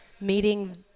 meeting